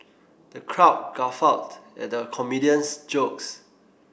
the crowd guffawed at the comedian's jokes